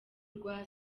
rwa